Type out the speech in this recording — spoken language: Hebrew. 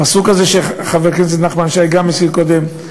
הפסוק הזה שגם חבר הכנסת נחמן שי הזכיר קודם,